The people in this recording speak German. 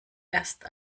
erst